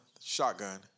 shotgun